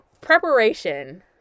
preparation